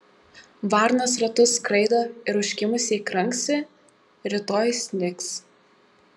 varnos ratu skraido ir užkimusiai kranksi rytoj snigs